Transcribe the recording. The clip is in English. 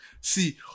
See